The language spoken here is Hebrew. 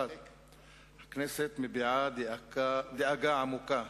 1. הכנסת מביעה דאגה עמוקה